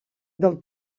del